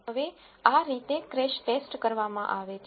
હવે આ રીતે ક્રેશ ટેસ્ટ કરવામાં આવે છે